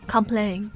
Complain